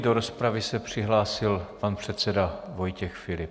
Do rozpravy se přihlásil pan předseda Vojtěch Filip.